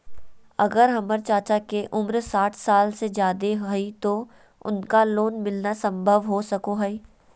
अगर हमर चाचा के उम्र साठ साल से जादे हइ तो उनका लोन मिलना संभव हो सको हइ?